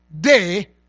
day